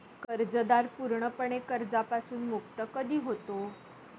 कर्जदार पूर्णपणे कर्जापासून मुक्त कधी होतो?